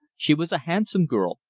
she was a handsome girl,